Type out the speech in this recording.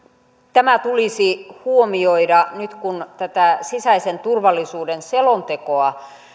tämä tulisi huomioida nyt kun tätä sisäisen turvallisuuden selontekoa